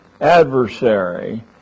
adversary